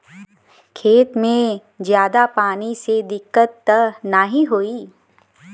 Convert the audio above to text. खेत में ज्यादा पानी से दिक्कत त नाही होई?